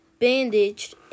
bandaged